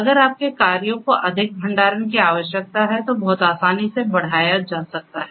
अगर आपके कार्यों को अधिक भंडारण की आवश्यकता है तो बहुत आसानी से बढ़ाया जा सकता है